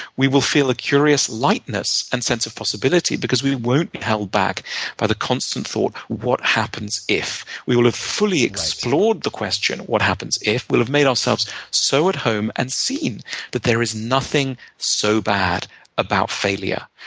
we will feel a curious lightness and sense of possibility because we won't be held back by the constant thought, what happens if? we will have fully explored the question of what happens if. we'll have made ourselves so at home, and seen that there is nothing so bad about failure.